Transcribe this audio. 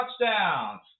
touchdowns